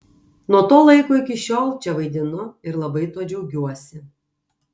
nuo to laiko iki šiol čia vaidinu ir labai tuo džiaugiuosi